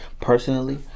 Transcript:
Personally